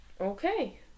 okay